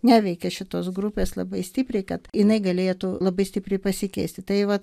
neveikia šitos grupės labai stipriai kad jinai galėtų labai stipriai pasikeisti tai vat